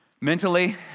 mentally